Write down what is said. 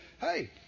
Hey